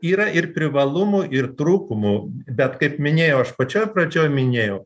yra ir privalumų ir trūkumų bet kaip minėjau aš pačioj pradžioj minėjau